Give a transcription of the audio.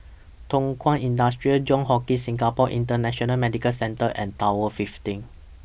Thow Kwang Industry Johns Hopkins Singapore International Medical Centre and Tower fifteen